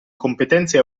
competenze